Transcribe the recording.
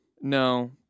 No